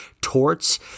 Torts